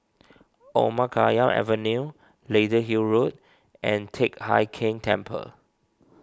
Omar Khayyam Avenue Lady Hill Road and Teck Hai Keng Temple